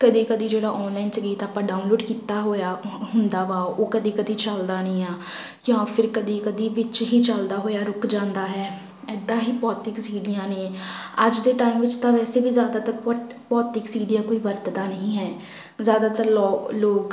ਕਦੀ ਕਦੀ ਜਿਹੜਾ ਔਨਲਾਈਨ ਸੰਗੀਤ ਤਾਂ ਆਪਾਂ ਡਾਊਨਲੋਡ ਕੀਤਾ ਹੋਇਆ ਹੁੰਦਾ ਵਾ ਉਹ ਕਦੀ ਕਦੀ ਚੱਲਦਾ ਨਹੀਂ ਆ ਜਾਂ ਫਿਰ ਕਦੀ ਕਦੀ ਵਿੱਚ ਹੀ ਚੱਲਦਾ ਹੋਇਆ ਰੁਕ ਜਾਂਦਾ ਹੈ ਇੱਦਾਂ ਹੀ ਭੌਤਿਕ ਸੀਡੀਆਂ ਨੇ ਅੱਜ ਦੇ ਟਾਈਮ ਵਿੱਚ ਤਾਂ ਵੈਸੇ ਵੀ ਜ਼ਿਆਦਾ ਭੌਤ ਭੌਤਿਕ ਸੀਡੀਆਂ ਕੋਈ ਵਰਤਦਾ ਨਹੀਂ ਹੈ ਜ਼ਿਆਦਾਤਰ ਲੋ ਲੋਕ